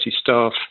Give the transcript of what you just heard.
staff